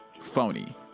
Phony